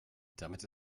damit